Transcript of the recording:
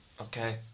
Okay